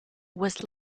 was